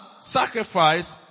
sacrifice